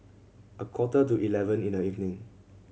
a quarter to eleven in the evening